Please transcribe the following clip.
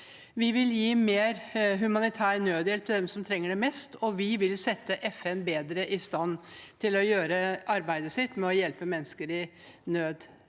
Vi vil gi mer humanitær nødhjelp til dem som trenger det mest, og vi vil sette FN bedre i stand til å gjøre arbeidet sitt med å hjelpe mennesker i nød